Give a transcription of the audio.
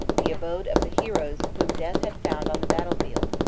the abode of the heroes whom death had found on the battlefield,